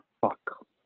Fuck